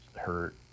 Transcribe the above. hurt